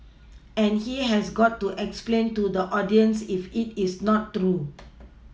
and he has got to explain to the audiences if it is not true